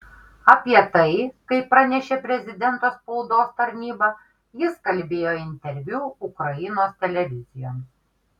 apie tai kaip pranešė prezidento spaudos tarnyba jis kalbėjo interviu ukrainos televizijoms